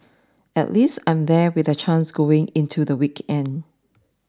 at least I'm there with a chance going into the weekend